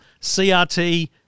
CRT